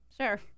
Sure